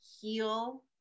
heal